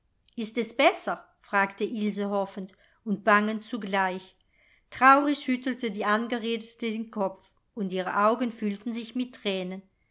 ist es besser fragte ilse hoffend und bangend zugleich traurig schüttelte die angeredete den kopf und ihre augen füllten sich mit thränen